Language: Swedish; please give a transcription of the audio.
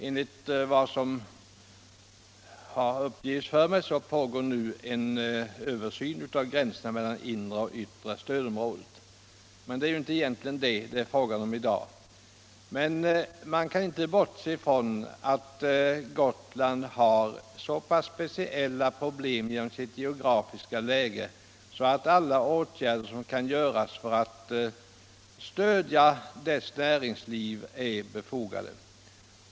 Enligt vad som har uppgivits för mig pågår nu en översyn av gränserna mellan inre och yttre stödområdet. Men det är egentligen inte detta det är fråga om i dag. Man kan emellertid inte bortse från att Gotland har så pass speciella problem genom sitt geografiska läge att alla åtgärder som kan göras för att stödja dess näringsliv är befogade.